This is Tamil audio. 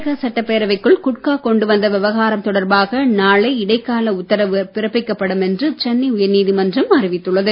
தமிழக சட்டப் பேரவைக்குள் குட்கா கொண்டு வந்த விவகாரம் தொடர்பாக நாளை இடைக்கால உத்தரவு பிறப்பிக்கப்படும் என்று சென்னை உயர்நீதிமன்றம் அறிவித்துள்ளது